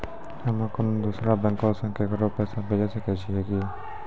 हम्मे कोनो दोसरो बैंको से केकरो पैसा भेजै सकै छियै कि?